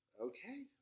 Okay